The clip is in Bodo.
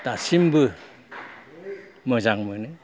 दासिमबो मोजां मोनो